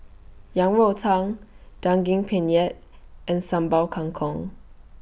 Yang Rou Tang Daging Penyet and Sambal Kangkong